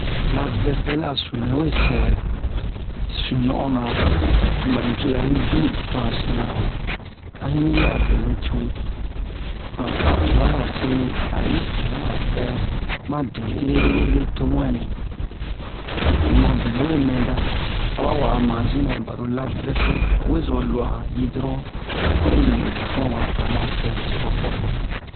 Lav'vɛsɛl a sunu nɛ we sɛ sunu no'ona zu ba nicoza yi du to han sian a yini bɛ'a benɛ cu aba tubara se a yi se han a sɛ ma de ere-ere ere to mu ɛnɛ to mu a benɛ we mɛn da a ba wa'a manzi nɛ baro lav-vɛsɛl o we zo lu'a han yi doron a'o ɲi ho buton wa to han ma sɛ han fua-fua fua-fua